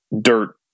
dirt